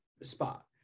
spot